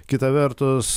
kita vertus